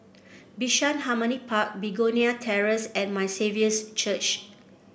Bishan Harmony Park Begonia Terrace and My Saviour's Church